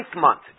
month